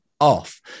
off